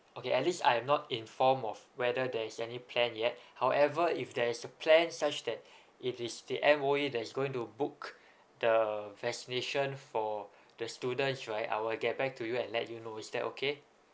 okay at least I am not informed of whether there is any plan yet however if there is a plan such that if it's the M_O_E that's going to book the vaccination for the students right I will get back to you and let you know is that okay